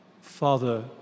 Father